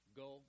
go